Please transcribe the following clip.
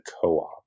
co-op